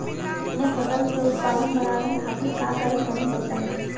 हम अपने फसल के उत्पादन बड़ावे खातिर का करी टनी बताई?